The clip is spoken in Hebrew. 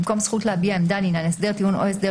במקום "זכות להביע עמדה לעניין הסדר טיעון או הסדר